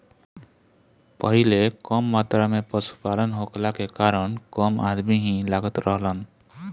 पहिले कम मात्रा में पशुपालन होखला के कारण कम अदमी ही लागत रहलन